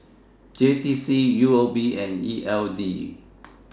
J T C U O B and E L D